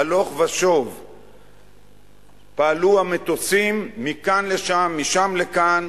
הלוך ושוב פעלו המטוסים מכאן לשם, משם לכאן,